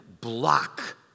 block